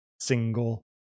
single